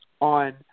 on